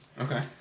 Okay